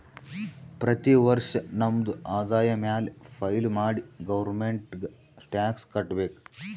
ಪ್ರತಿ ವರ್ಷ ನಮ್ದು ಆದಾಯ ಮ್ಯಾಲ ಫೈಲ್ ಮಾಡಿ ಗೌರ್ಮೆಂಟ್ಗ್ ಟ್ಯಾಕ್ಸ್ ಕಟ್ಬೇಕ್